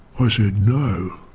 i said no,